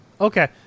okay